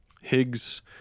Higgs